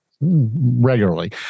regularly